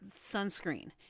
sunscreen